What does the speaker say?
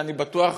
שאני בטוח